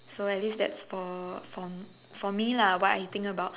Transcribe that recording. so at least that's for that's from me lah what I think about